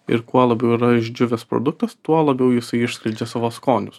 ir kuo labiau yra išdžiūvęs produktas tuo labiau jisai išskleidžia savo skonius